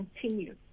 continue